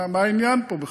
מה העניין פה בכלל?